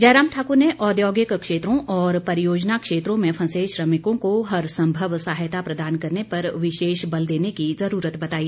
जयराम ठाकुर ने औद्योगिक क्षेत्रों और परियोजना क्षेत्रों में फंसे श्रमिकों को हर संभव सहायता प्रदान करने पर विशेष बल देने की जरूरत बताई